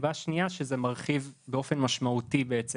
הסיבה השנייה היא שזה מרחיב באופן משמעותי בעצם